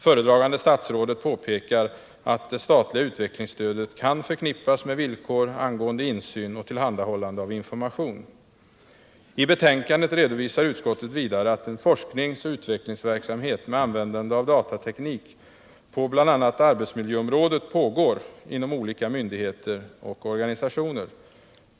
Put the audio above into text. Föredragande statsrådet påpekar att det statliga utvecklingsstödet kan förknippas med villkor angående insyn och tillhandahållande av information. I betänkandet redovisar utskottet dessutom att en forskningsoch utvecklingsverksamhet med användande av datateknik på bl.a. arbetsmiljöområdet pågår inom olika myndigheter och organisationer.